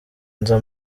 nza